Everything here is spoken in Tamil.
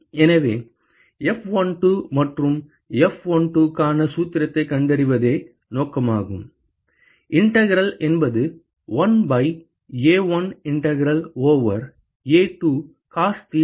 எனவே F12 மற்றும் F12 க்கான சூத்திரத்தை கண்டறிவதே நோக்கமாகும் இன்டீக்ரல் என்பது 1 by A1 integral over A2 cos theta cos theta ஆகும்